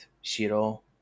Shiro